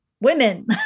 women